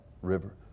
river